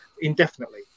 indefinitely